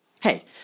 Hey